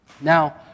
Now